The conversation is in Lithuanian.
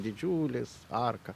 didžiulis arka